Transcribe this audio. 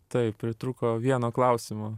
taip pritrūko vieno klausimo